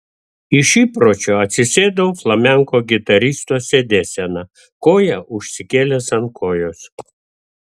iš įpročio atsisėdau flamenko gitaristo sėdėsena koją užsikėlęs ant kojos